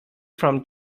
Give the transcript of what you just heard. from